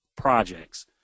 Projects